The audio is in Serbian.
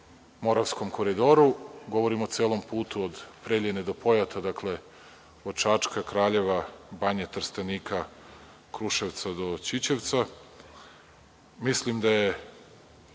Moravskom koridoru, govorim o celom putu od Preljine do Pojata, dakle od Čačka, Kraljeva, Banje, Trstenika, Kruševca do Ćićevca. Ne mogu da kažem